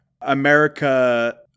America